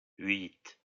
huit